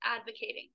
advocating